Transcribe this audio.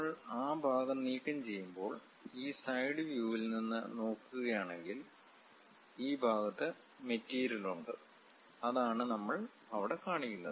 നമ്മൾ ആ ഭാഗം നീക്കംചെയ്യുമ്പോൾ ഈ സൈഡ് വ്യൂവിൽ നിന്ന് നോക്കുകയാണെങ്കിൽ ഈ ഭാഗത്ത് മെറ്റീരിയൽ ഉണ്ട് അതാണ് നമ്മൾ അവിടെ കാണുന്നത്